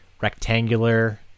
rectangular